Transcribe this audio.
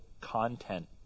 content